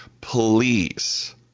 Please